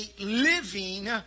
living